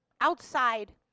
outside